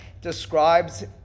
describes